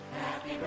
Happy